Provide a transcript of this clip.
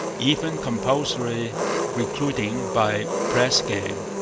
even compulsory recruiting by press-gang.